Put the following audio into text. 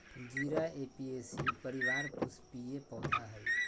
जीरा ऍपियेशी परिवार पुष्पीय पौधा हइ